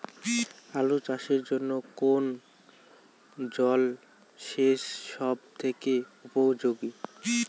আলু চাষের জন্য কোন জল সেচ সব থেকে উপযোগী?